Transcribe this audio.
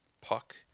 Puck